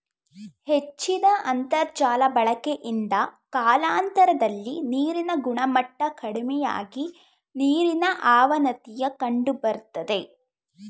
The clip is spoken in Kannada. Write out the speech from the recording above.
ಹೆಚ್ಚಿದ ಅಂತರ್ಜಾಲ ಬಳಕೆಯಿಂದ ಕಾಲಾನಂತರದಲ್ಲಿ ನೀರಿನ ಗುಣಮಟ್ಟ ಕಡಿಮೆಯಾಗಿ ನೀರಿನ ಅವನತಿಯ ಕಂಡುಬರ್ತದೆ